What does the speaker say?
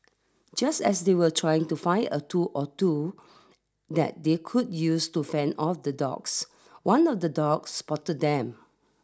just as they were trying to find a tool or two that they could use to fend off the dogs one of the dogs spotted them